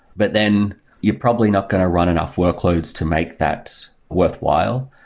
but then you're probably not going to run enough workloads to make that worthwhile.